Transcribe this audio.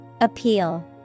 Appeal